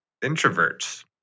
introverts